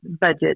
budget